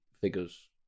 Figures